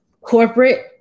corporate